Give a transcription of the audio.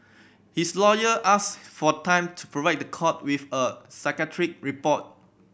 his lawyer asked for time to provide the court with a psychiatric report